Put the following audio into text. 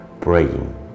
praying